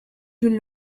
you